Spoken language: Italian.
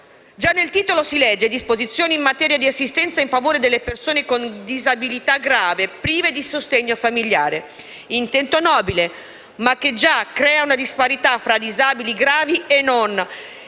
Già nel titolo si legge: «Disposizioni in materia di assistenza in favore delle persone con disabilità grave, prive del sostegno familiare». Intento nobile, ma che già crea una disparità tra disabili gravi e non;